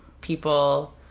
people